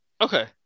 Okay